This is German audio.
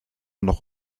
noch